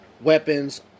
Weapons